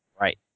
Right